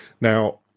Now